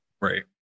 Right